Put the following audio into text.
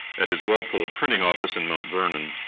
at his walpole ah printing office in mount vernon.